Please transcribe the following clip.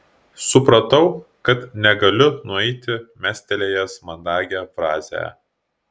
supratau kad negaliu nueiti mestelėjęs mandagią frazę